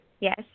Yes